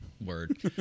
word